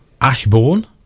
ashbourne